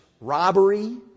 robbery